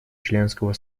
членского